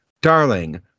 Darling